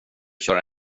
köra